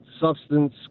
substance